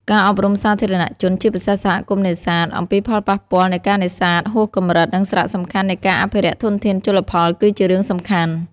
ការអប់រំសាធារណជន ជាពិសេសសហគមន៍នេសាទ អំពីផលប៉ះពាល់នៃការនេសាទហួសកម្រិត និងសារៈសំខាន់នៃការអភិរក្សធនធានជលផលគឺជារឿងសំខាន់។